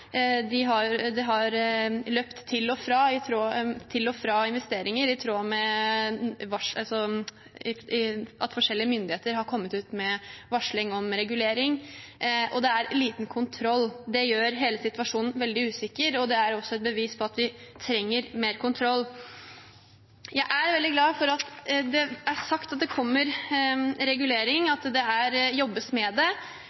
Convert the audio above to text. har løpt til og fra investeringer i tråd med at forskjellige myndigheter har kommet ut med varsling om regulering, og det er liten kontroll. Det gjør hele situasjonen veldig usikker, og det er også et bevis på at vi trenger mer kontroll. Jeg er veldig glad for at det er sagt at det kommer regulering, at det